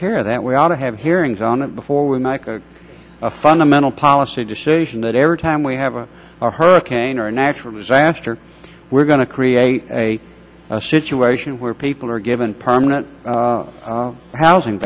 care of that we ought to have hearings on it before with a fundamental policy decision that every time we have a hurricane or a natural disaster we're going to create a situation where people are given permanent housing